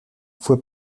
fue